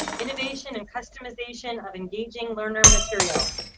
innovation and customization of engaging learner materials.